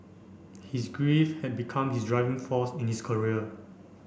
his grief had become his driving force in his career